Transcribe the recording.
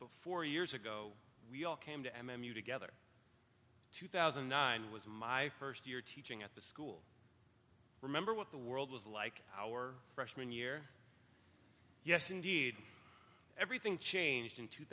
before years ago we all came to m m u together two thousand and nine was my first year teaching at the school remember what the world was like our freshman year yes indeed everything changed in two